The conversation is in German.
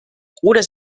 oder